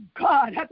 God